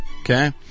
okay